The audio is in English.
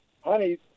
honey